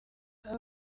aba